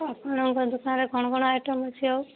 ଆପଣଙ୍କ ଦୋକାନରେ କ'ଣ କ'ଣ ଆଇଟମ୍ ଅଛି ଆଉ